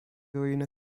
ruiny